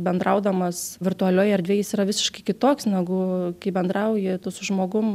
bendraudamas virtualioj erdvėj jis yra visiškai kitoks negu kai bendrauji tu su žmogum